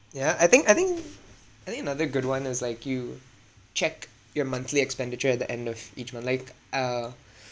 yeah I think I think I think another good one is like you check your monthly expenditure at the end of each month like uh